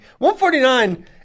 149